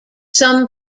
some